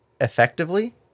effectively